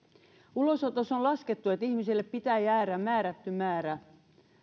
ulosotossa on laskettu että ihmiselle pitää jäädä määrätty määrä